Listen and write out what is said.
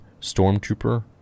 stormtrooper